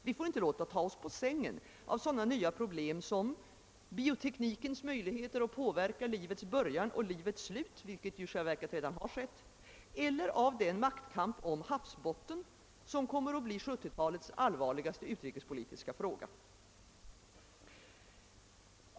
Vi får inte låta ta oss på sängen av sådana nya problem som bioteknikens möjligheter att påverka livets början och livets slut, vilket i själva verket redan har skett, eller av den maktkamp om havsbottnen som kommer att bli 1970-talets allvarligaste utrikespolitiska fråga.